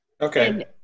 okay